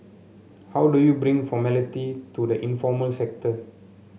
how do you bring formality to the informal sector